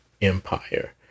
empire